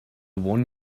one